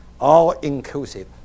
all-inclusive